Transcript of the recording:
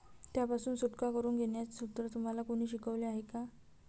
त्यापासून सुटका करून घेण्याचे सूत्र तुम्हाला कोणी शिकवले आहे का?